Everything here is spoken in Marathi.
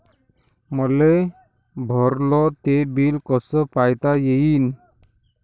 मले भरल ते बिल कस पायता येईन?